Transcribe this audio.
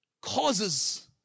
causes